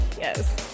Yes